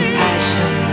passion